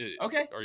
Okay